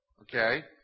okay